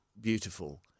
beautiful